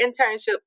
internship